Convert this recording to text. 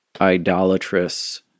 idolatrous